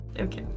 okay